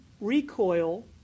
recoil